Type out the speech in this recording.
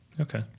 Okay